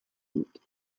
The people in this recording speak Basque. dut